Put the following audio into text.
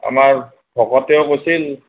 আমাৰ ভকতেও কৈছিল